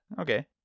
Okay